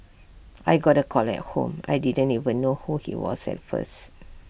I got A call at home I didn't even know who he was at first